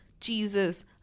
cheeses